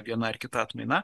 viena ar kita atmaina